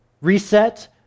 reset